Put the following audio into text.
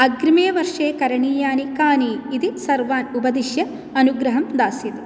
अग्रिमे वर्षे करणीयानि कानि इति सर्वान् उपदिष्य अनुग्रहं दास्यति